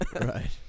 Right